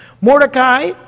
Mordecai